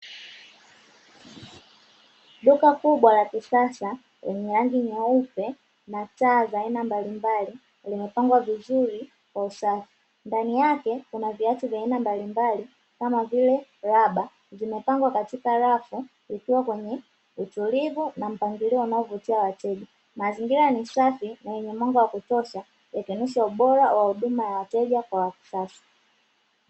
Duka kubwa la kisasa lenye rangi nyeupe na taa za aina mbalimbali. Limepangwa vizuri kwa usafi, ndani yake kuna viatu vya aina mbalimbali kama vile: raba, zimepangwa katika rafu likiwa kwenye utulivu na mpangilio unaovutia wateja. Mazingira ni safi na yenye mwanga wa kutosha yakionyesha ubora wa huduma ya wateja wa kisasa.